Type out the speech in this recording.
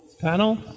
panel